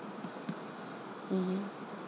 mmhmm